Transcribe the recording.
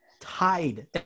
Tied